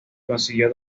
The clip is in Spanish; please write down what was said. consiguió